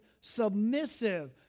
submissive